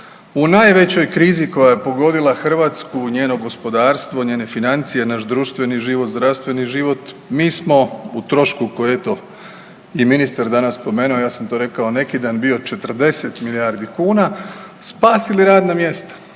U najvećoj krizi koja je pogodila Hrvatsku u njenom gospodarstvu, njene financije, naš društveni život, zdravstveni život mi smo u trošku koji je eto i ministar danas spomenuo, ja sam to rekao neki dan bio 40 milijardi kuna spasili radna mjesta.